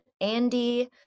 Andy